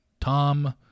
Tom